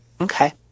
Okay